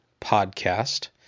Podcast